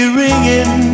ringing